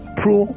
pro